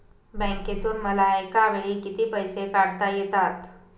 बँकेतून मला एकावेळी किती पैसे काढता येतात?